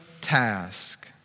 task